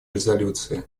резолюции